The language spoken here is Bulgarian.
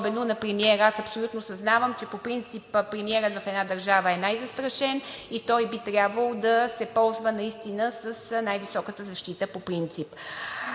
особено на премиера. Аз абсолютно съзнавам, че по принцип премиерът в една държава е най-застрашен и той би трябвало да се ползва наистина с най-високата защита по принцип.